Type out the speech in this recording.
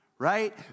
right